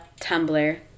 Tumblr